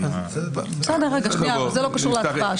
זה לא קשור להקראה.